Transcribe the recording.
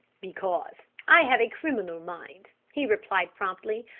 because i have a criminal mind, he replied promptly.